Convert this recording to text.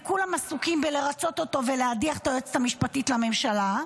וכולם עסוקים בלרצות אותו ולהדיח את היועצת המשפטית לממשלה.